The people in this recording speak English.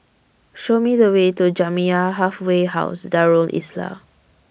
Show Me The Way to Jamiyah Halfway House Darul Islah